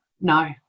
No